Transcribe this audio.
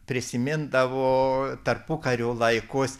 prisimindavo tarpukario laikus